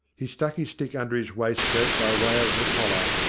he stuck his stick under his waistcoat by way of the collar,